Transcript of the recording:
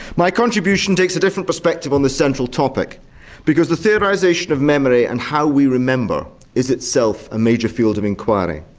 my contribution takes a different perspective on the central topic because the theorisation of memory and how we remember is itself a major field of inquiry.